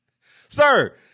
Sir